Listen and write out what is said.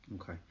Okay